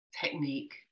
technique